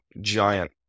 giant